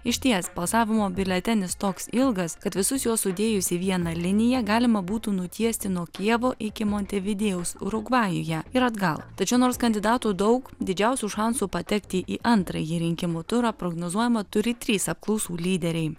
išties balsavimo biuletenis toks ilgas kad visus juos sudėjus į vieną liniją galima būtų nutiesti nuo kijevo iki montevidėjaus urugvajuje ir atgal tačiau nors kandidatų daug didžiausių šansų patekti į antrąjį rinkimų turą prognozuojama turi trys apklausų lyderiai